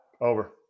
Over